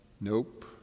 nope